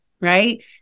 right